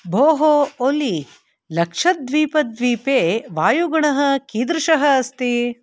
भोः ओली लक्षद्वीपद्वीपे वायुगुणः कीदृशः अस्ति